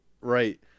Right